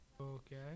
Okay